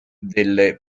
delle